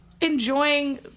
enjoying